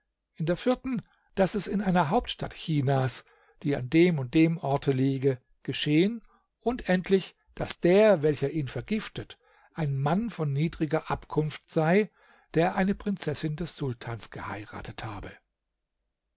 in der vierten daß es in einer hauptstadt chinas die an dem und dem orte liege geschehen und endlich daß der welcher ihn vergiftet ein mann von niedriger abkunft sei der eine prinzessin des sultans geheiratet habe